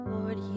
Lord